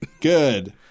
Good